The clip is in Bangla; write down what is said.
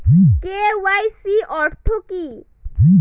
কে.ওয়াই.সি অর্থ কি?